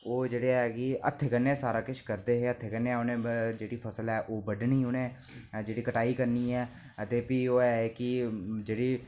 ओह् जेह्ड़ी है कि हत्थै कन्नै गै सारा किश कम्म हत्थें कन्नै गै उनें जेहड़ी फसल ऐ ओह् बी उनें जेहड़ी कटाई करनी ऐ ते फ्ही ओह् ऐ कि जेहड़ी